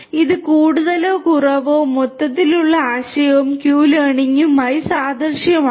ഇത് കൂടുതലോ കുറവോ മൊത്തത്തിലുള്ള ആശയവും ക്യു ലേണിംഗുമായി സാദൃശ്യവുമാണ്